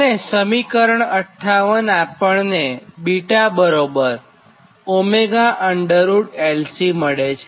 અને સમીકરણ 58 આપણને βωLC મળે છે